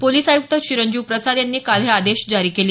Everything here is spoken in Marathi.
पोलिस आयुक्त चिरंजीव प्रसाद यांनी काल हे आदेश जारी केले